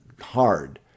hard